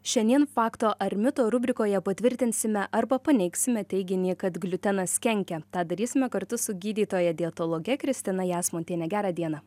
šiandien fakto ar mito rubrikoje patvirtinsime arba paneigsime teiginį kad gliutenas kenkia tą darysime kartu su gydytoja dietologe kristina jasmontiene gerą dieną